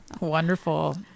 Wonderful